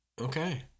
okay